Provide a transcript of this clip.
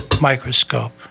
Microscope